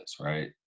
right